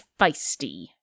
feisty